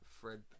Fred